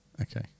Okay